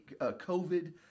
COVID